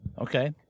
okay